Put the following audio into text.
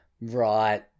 Right